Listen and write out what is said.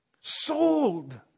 Sold